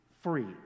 free